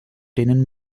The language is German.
denen